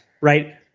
Right